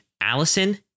Allison